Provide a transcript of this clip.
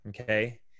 Okay